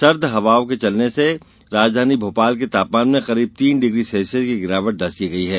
सर्द हवा के चलने से राजधानी भोपाल के तापमान में करीब तीन डिग्री सेल्सियस की गिरावट दर्ज की गई है